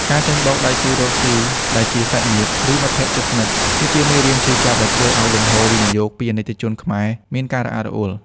ការចាញ់បោក "ដៃគូរកស៊ី" ដែលជាសាច់ញាតិ ឬមិត្តភក្ដិជិតស្និទ្ធ គឺជាមេរៀនឈឺចាប់ដែលធ្វើឱ្យលំហូរវិនិយោគពីអាណិកជនខ្មែរ មានការរអាក់រអួល។